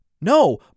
no